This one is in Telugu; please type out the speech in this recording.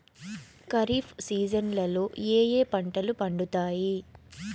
ఖరీఫ్ సీజన్లలో ఏ ఏ పంటలు పండుతాయి